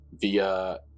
via